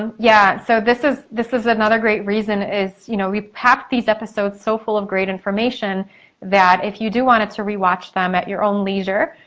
um yeah, so this is this is another great reason, is you know we packed these episodes so full of great information that if you do want to re-watch them at your own leisure,